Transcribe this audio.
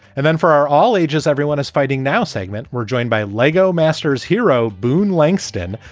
and then for our all ages, everyone is fighting. now segment, we're joined by lego masters hero boone langston.